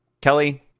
Kelly